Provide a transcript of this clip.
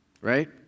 right